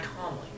calmly